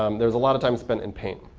um there's a lot of time spent in paint.